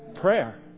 prayer